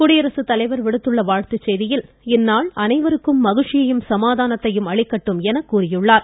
குடியரசுத்தலைவர் விடுத்துள்ள வாழ்த்துச் செய்தியில் இந்நாள் அனைவருக்கும் மகிழ்ச்சியையும் சமாதானத்தையும் அளிக்கட்டும் எனக் கூறியுள்ளார்